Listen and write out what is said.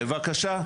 בבקשה.